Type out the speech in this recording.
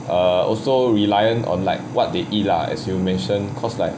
err also reliant on like what they eat lah as you mention cause like